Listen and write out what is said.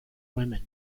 women